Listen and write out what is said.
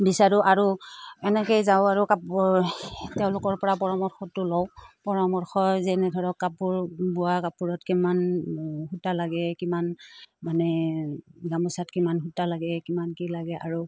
বিচাৰোঁ আৰু এনেকৈয়ে যাওঁ আৰু কাপোৰ তেওঁলোকৰপৰা পৰামৰ্শটো লওঁ পৰামৰ্শই যেনে ধৰক কাপোৰ বোৱা কাপোৰত কিমান সূতা লাগে কিমান মানে গামোচাত কিমান সূতা লাগে কিমান কি লাগে আৰু